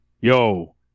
Yo